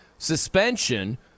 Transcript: Suspension